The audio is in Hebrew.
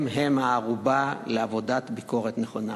הם-הם הערובה לעבודת ביקורת נכונה.